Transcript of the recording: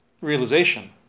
realization